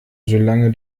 solange